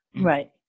right